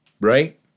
Right